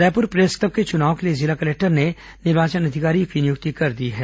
Raipur press club के चुनाव के लिए जिला कलेक्टर ने निर्वाचन अधिकारी की नियुक्ति कर दी है